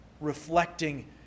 reflecting